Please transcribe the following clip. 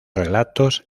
relatos